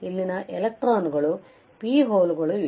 ಇಲ್ಲಿ N ಎಲೆಕ್ಟ್ರಾನ್ಗಳು P hole ಗಳು ಇವೆ